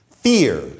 fear